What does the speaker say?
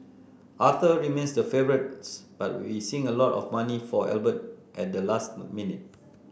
Arthur remains the favourite but we're seeing a lot of money for Albert at the last minute